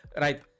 right